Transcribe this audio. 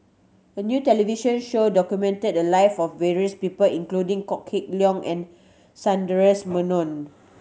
a new television show documented the live of various people including Kok Heng Leun and Sundaresh Menon